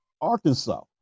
Arkansas